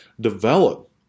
develop